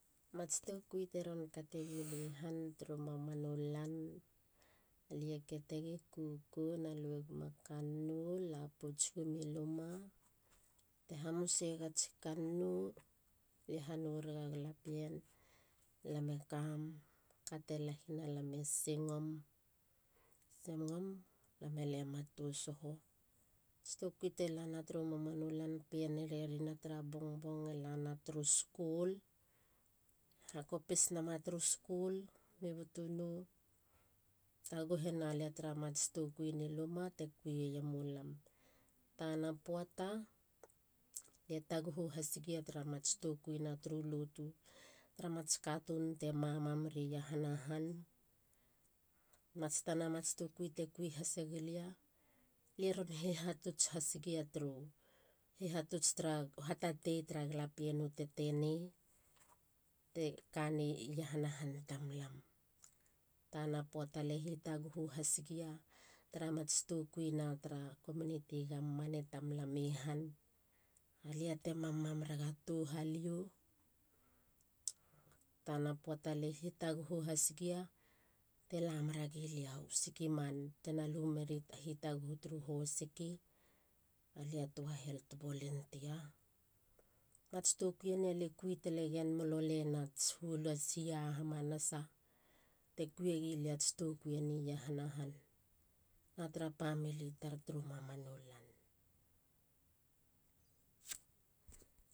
Mats tokui teron kate gili han turu mamanu lan. lie kketegi koukou. lapouts guma lumaa te hamu segats kannou. lie ha nou rega galapien. lae kam kate lahi nama. lame singom. singom lame lema tou soho. Ats tokui telana turu maamanu lan. pien e rerina tara bongbong. lana turu skul. hakopis nama turu skul. mi butuno. taguhena lia tara mats tokuini luma te kuieiemulam. Tana poata lie taguhu has gia tara mats tokuina turu lotu. taraa mats katun te mamamm ri iahana han. hihaatuts hasgia turu hihatuts tara hatatei ta galapien u tetenei te kanei iahana han tara mats tokuina tara community government i tamlam i han. Alia te mamam rega touhalio. tana poata lie hitaguhu hasgia te lameregi lia u sikiman tena lumeria hitaaguhu tara hosiki. alia tua helt volunteer. Mats tokui eni alie kui talegen molo lenats huol ats year hamanasa tekuie giliats tokui eni iahana haan na tara famili tar turu mamanu lan